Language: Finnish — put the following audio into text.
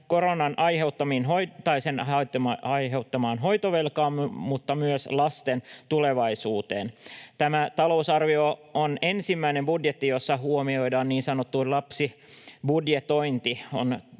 koronan aiheuttamaan hoitovelkaan mutta myös lasten tulevaisuuteen. Tämä talousarvio on ensimmäinen budjetti, jossa huomioidaan niin sanottu lapsibudjetointi.